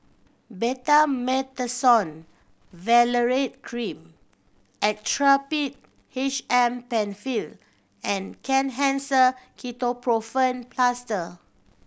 Betamethasone Valerate Cream Actrapid H M Penfill and Kenhancer Ketoprofen Plaster